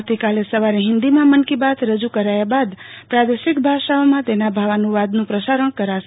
આવતીકાલે સવારે હિન્દીમાં મન કી બાત રજુ કરાયા બાદ પ્રાદેશિક ભાષાઓમાં તેના ભાવાનુવાદનું પ્રસારણ કરાશે